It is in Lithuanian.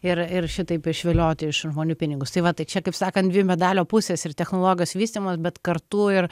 ir ir šitaip išvilioti iš žmonių pinigus tai va tai čia kaip sakant dvi medalio pusės ir technologijos vystymas bet kartu ir